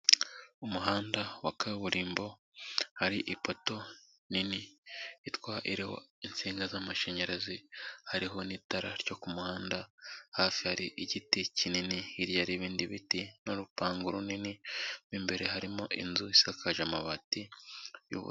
Umuhanda wa kaburimbo hari ipoto nini iriho insinga z'amashanyarazi hariho n'itara ryo ku muhanda, hafi hari igiti kinini, hirya hari n'ibindi biti n'urupangu runini m’imbere harimo inzu isakaje amabati y'ubururu.